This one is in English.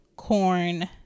corn